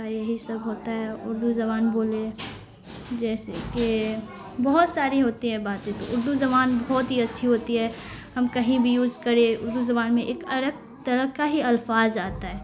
یہی سب ہوتا ہے اردو زبان بولے جیسے کہ بہت ساری ہوتی ہیں باتیں تو اردو زبان بہت ہی اچھی ہوتی ہے ہم کہیں بھی یوز کرے اردو زبان میں ایک الگ طرح کا ہی الفاظ آتا ہے